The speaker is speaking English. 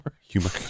humor